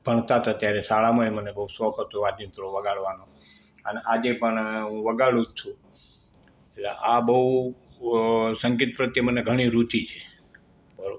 ભણતા હતા ત્યારે શાળામાંય મને બહુ શોખ હતો વાજિંત્રો વગાડવાનો અને આજે પણ હું વગાડું જ છું એટલે આ બહુ અ સંગીત પ્રત્યે મને ઘણી રુચિ છે